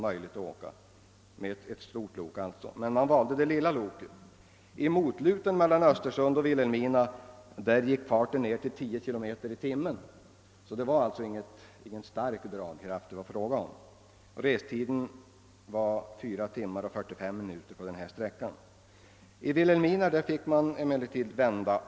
Man valde då det lilla 1oket. I motluten mellan Östersund och Vilhelmina gick farten ned till 10 kilometer i timmen — loket hade alltså ingen stark dragkraft. Restiden på denna sträcka var 4 timmar 45 minuter. I Vilhelmina fick man emellertid vända.